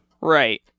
Right